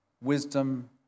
wisdom